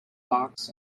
box